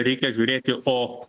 reikia žiūrėti o